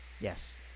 Yes